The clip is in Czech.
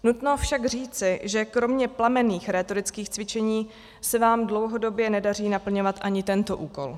Nutno však říci, že kromě plamenných rétorických cvičení se vám dlouhodobě nedaří naplňovat ani tento úkol.